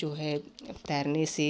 जो है तैरने से